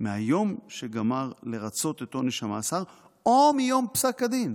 מהיום שגמר לרצות את עונש המאסר או מיום פסק הדין,